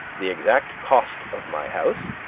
the exact cost of my house,